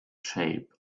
shape